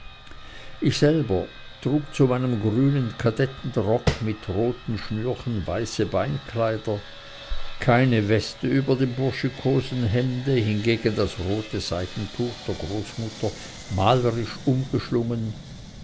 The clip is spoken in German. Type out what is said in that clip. ich selber trug zu meinem grünen kadettenrock mit roten schnürchen weiße beinkleider keine weste über dem burschikosen hemde hingegen das rote seidentuch der großmutter malerisch umgeschlungen